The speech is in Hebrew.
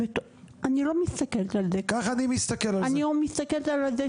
אני לא מסתכלת על זה.